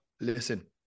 listen